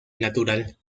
natural